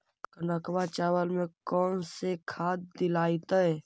कनकवा चावल में कौन से खाद दिलाइतै?